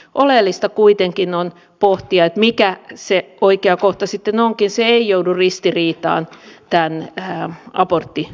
oleellista kuitenkin on pohtia että mikä se oikea kohta sitten onkin se ei joudu ristiriitaan tämän aborttioikeuden kanssa